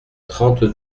trente